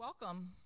Welcome